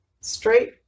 straight